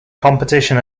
competition